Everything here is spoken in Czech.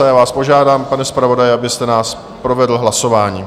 A já vás požádám, pane zpravodaji, abyste nás provedl hlasováním.